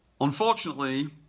Unfortunately